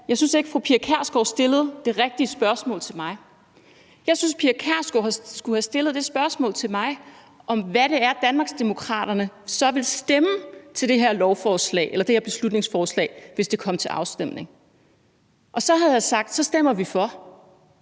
jeg ikke synes, fru Pia Kjærsgaard stillede det rigtige spørgsmål til mig. Jeg synes, fru Pia Kjærsgaard skulle have stillet et spørgsmål til mig om, hvad det var, Danmarksdemokraterne så ville stemme til det her beslutningsforslag, hvis det kom til afstemning. Så havde jeg sagt, at vi ville stemme for,